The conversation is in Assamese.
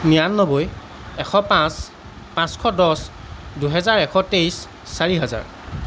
নিয়ান্নব্বৈ এশ পাঁচ পাঁচশ দহ দুহেজাৰ এশ তেইছ চাৰি হাজাৰ